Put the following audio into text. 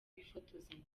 bifotozanya